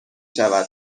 شود